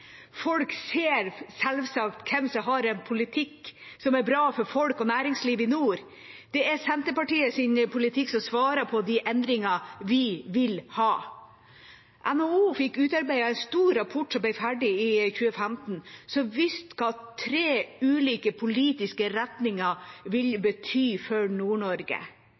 Folk ser selvsagt hvem som har en politikk som er bra for folk og næringsliv i nord. Det er Senterpartiets politikk som svarer på de endringene vi vil ha. NHO fikk utarbeidet en stor rapport som ble ferdig i 2015, og som viste hva tre ulike politiske retninger ville bety for